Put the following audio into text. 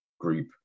group